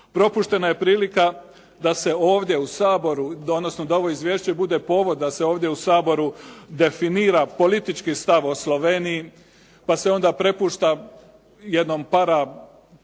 Propuštena je prilika da se ovdje u Saboru, odnosno da ovo izvješće bude povod da se ovdje u Saboru definira politički stav o Sloveniji, pa se onda prepušta jednom para,